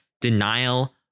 denial